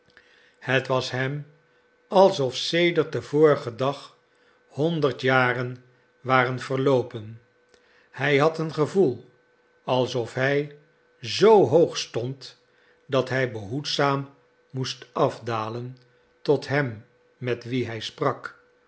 het was hem alsof sedert den vorigen dag honderd jaren waren verloopen hij had een gevoel alsof hij zoo hoog stond dat hij behoedzaam moest afdalen tot hem met wie hij sprak